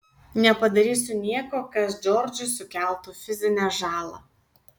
nepadarysiu nieko kas džordžui sukeltų fizinę žalą